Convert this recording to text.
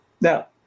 Now